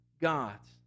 gods